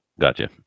Gotcha